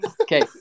Okay